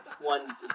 one